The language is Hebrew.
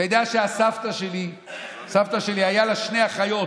אתה יודע, לסבתא שלי היו שתי אחיות.